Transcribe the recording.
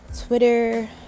Twitter